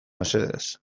mesedez